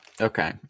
Okay